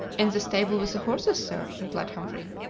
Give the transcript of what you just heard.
in the stable with the horses, sir, replied humphrey.